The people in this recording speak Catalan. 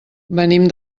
venim